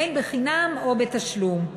בין בחינם או בתשלום.